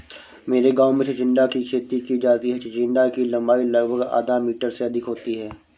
मेरे गांव में चिचिण्डा की खेती की जाती है चिचिण्डा की लंबाई लगभग आधा मीटर से अधिक होती है